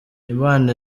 imana